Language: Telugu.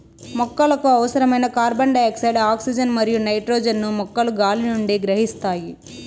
మొక్కలకు అవసరమైన కార్బన్డయాక్సైడ్, ఆక్సిజన్ మరియు నైట్రోజన్ ను మొక్కలు గాలి నుండి గ్రహిస్తాయి